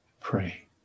pray